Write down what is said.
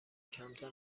کمتر